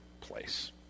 place